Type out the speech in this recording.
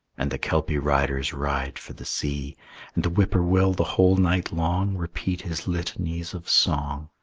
and the kelpie riders ride for the sea and the whip-poor-will the whole night long repeat his litanies of song,